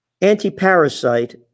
anti-parasite